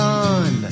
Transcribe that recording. on